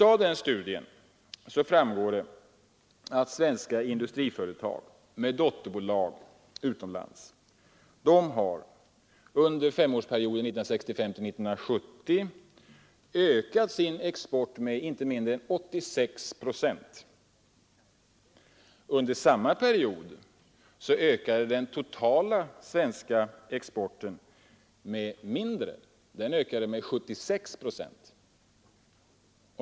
Av denna framgår att svenska industriföretag med dotterbolag utomlands ökade sin export med 86 procent under tiden 1965--1970. Under samma period ökade den totala svenska exporten mindre — den ökade med 76 procent.